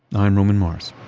i'm roman mars